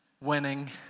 Winning